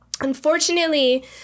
Unfortunately